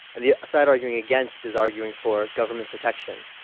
and the side arguing against is arguing for government protection.